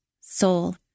soul